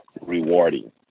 rewarding